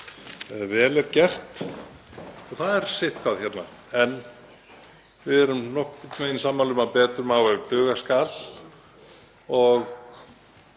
vel er gert og það er sitthvað hérna. En við erum nokkurn veginn sammála um að betur má ef duga skal og